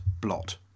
blot